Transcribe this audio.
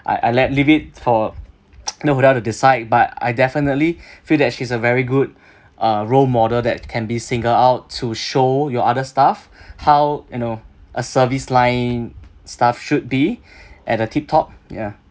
I I let leave it for know hotel to decide but I definitely feel that she's a very good uh role model that can be singled out to show your other staff how you know a service line staff should be at the tip top ya